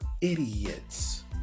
idiots